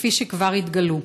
כפי שכבר התגלו?